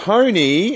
Tony